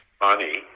money